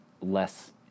less